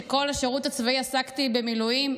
שכל השירות הצבאי עסקתי במילואים,